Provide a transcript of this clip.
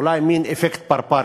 אולי מין אפקט פרפר כזה.